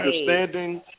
understanding